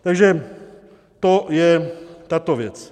Takže to je tato věc.